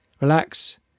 relax